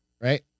right